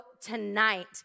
tonight